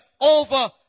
over